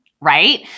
right